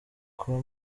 kuba